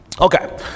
Okay